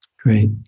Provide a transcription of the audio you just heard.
Great